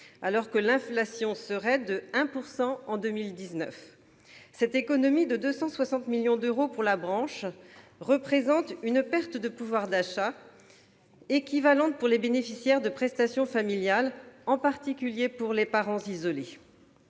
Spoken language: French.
alors que l'inflation serait de 1 % en 2019. Cette économie de 260 millions d'euros pour la branche représente une perte de pouvoir d'achat équivalente pour les bénéficiaires de prestations familiales, en particulier pour les parents isolés.